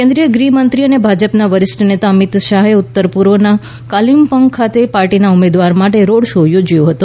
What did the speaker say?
કેન્દ્રીય ગૃહમંત્રી અને ભાજપના વરિષ્ઠ નેતા અમિત શાહે ઉત્તર પૂર્વના કાલિમપોંગ ખાતે પાર્ટીના ઉમેદવાર માટે રોડ શો યોજ્યો હતો